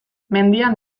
mendian